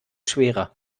schwerer